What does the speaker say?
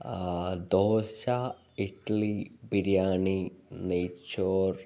dosa idli biryani നെയ്ച്ചോർ